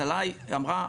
סליי אמרה,